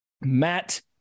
Matt